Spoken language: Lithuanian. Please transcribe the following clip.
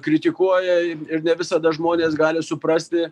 kritikuoja ir ne visada žmonės gali suprasti